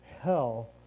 Hell